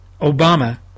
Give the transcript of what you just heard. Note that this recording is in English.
Obama